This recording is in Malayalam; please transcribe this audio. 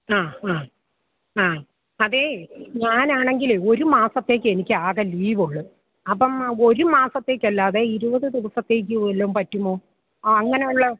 ആ ഹാ ആ അതേ ഞാൻ ആണെങ്കിൽ ഒരു മാസത്തേക്ക് എനിക്ക് ആകെ ലീവുള്ളൂ അപ്പം ഒരു മാസത്തേക്ക് അല്ലാതെ ഇരുപത് ദിവസത്തേക്ക് വല്ലതും പറ്റുമോ അ അങ്ങനെ വല്ലതും